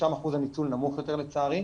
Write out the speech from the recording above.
שם אחוז הניצול נמוך יותר לצערי,